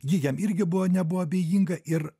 ji jam irgi buvo nebuvo abejinga ir